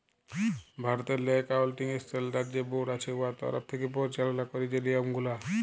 ভারতেরলে accounting standard যে board আছে উয়ার তরফ থ্যাকে পরিচাললা ক্যারে যে লিয়মগুলা